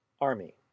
Army